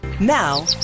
Now